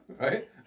right